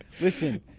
listen